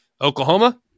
Oklahoma